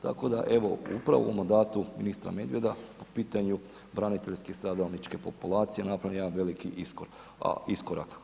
Tako da evo upravo u mandatu ministra Medveda po potanju braniteljske stradalničke populacije napravljen je jedan veliki iskorak.